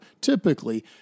typically